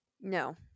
No